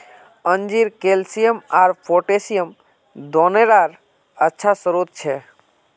अंजीर कैल्शियम आर पोटेशियम दोनोंरे अच्छा स्रोत छे